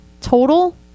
total